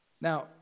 Now